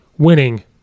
winning